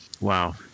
Wow